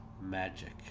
Magic